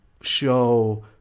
show